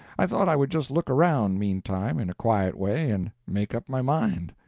i thought i would just look around, meantime, in a quiet way, and make up my mind.